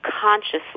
consciously